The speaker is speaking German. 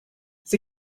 sie